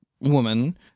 woman